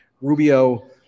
Rubio